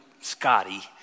Scotty